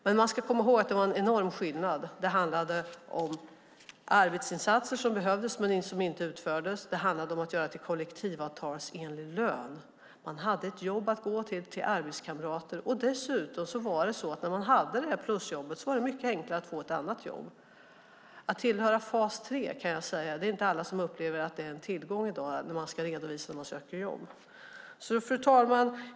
Men man ska komma ihåg att det var en enorm skillnad. Det handlade om arbetsinsatser som behövdes men som inte utfördes. Det handlade om att detta utfördes med kollektivavtalsenlig lön. Man hade ett jobb och arbetskamrater att gå till. När man hade detta plusjobb var det dessutom mycket enklare att få ett annat jobb. I dag är det inte alla som upplever att det är en tillgång att tillhöra fas 3 när man ska söka jobb. Fru talman!